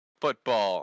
Football